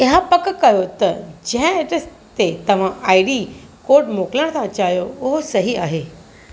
इहा पक कयो त जंहिं एड्रेस ते तव्हां आई डी कोड मोकिलणु था चाहियो उहो सही आहे